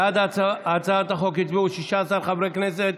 בעד הצעת החוק הצביעו 16 חברי כנסת,